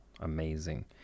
amazing